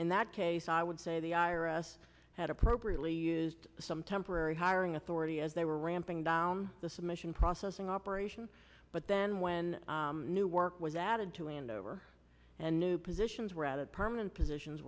in that case i would say the i r s had appropriately used some temporary hiring authority as they were ramping down the submission processing operation but then when new work was added to landover and new positions rather permanent positions